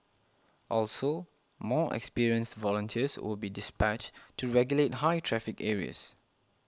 also more experienced volunteers will be dispatched to regulate high traffic areas